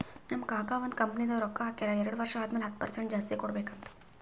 ನಮ್ ಕಾಕಾ ಒಂದ್ ಕಂಪನಿದಾಗ್ ರೊಕ್ಕಾ ಹಾಕ್ಯಾರ್ ಎರಡು ವರ್ಷ ಆದಮ್ಯಾಲ ಹತ್ತ್ ಪರ್ಸೆಂಟ್ ಜಾಸ್ತಿ ಕೊಡ್ಬೇಕ್ ಅಂತ್